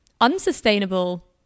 unsustainable